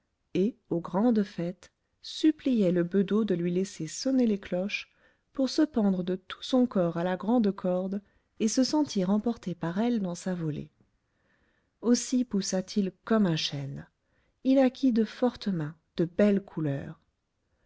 et aux grandes fêtes suppliait le bedeau de lui laisser sonner les cloches pour se pendre de tout son corps à la grande corde et se sentir emporter par elle dans sa volée aussi poussa t il comme un chêne il acquit de fortes mains de belles couleurs